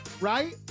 right